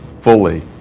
fully